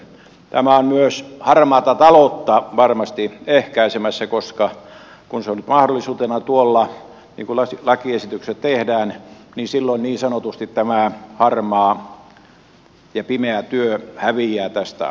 tämä on myös harmaata taloutta varmasti ehkäisemässä koska kun se on mahdollisuutena tuolla niin kuin lakiesityksiä tehdään niin silloin niin sanotusti tämä harmaa ja pimeä työ häviää tästä asiasta